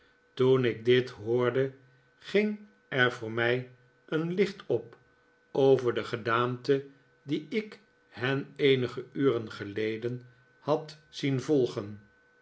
toen ik dit hoorde ging er voor mij een licht op over de gedaante die ik hen eenige uren geleden had zien volgen